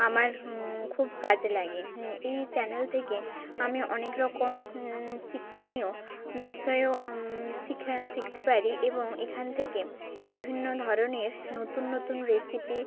আমার খুব কাজে লাগে এই চ্যানেল থেকে আমি অনেক রকম শিক্ষণীয় বিষয়ও শিখতে পারি এবং এখান থেকে বিভিন্ন ধরনের নতুন নতুন রেসিপি